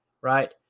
right